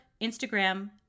Instagram